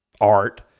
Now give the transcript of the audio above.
art